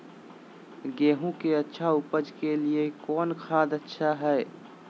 गेंहू के अच्छा ऊपज के लिए कौन खाद अच्छा हाय?